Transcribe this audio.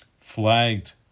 Flagged